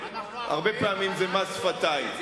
הרבה פעמים זה מס שפתיים.